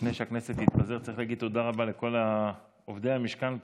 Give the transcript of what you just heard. לפני שהכנסת תתפזר צריך להגיד תודה רבה לכל עובדי המשכן פה.